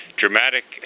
dramatic